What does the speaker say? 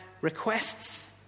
requests